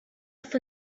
off